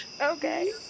Okay